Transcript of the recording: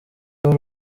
w’u